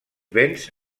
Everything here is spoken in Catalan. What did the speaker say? béns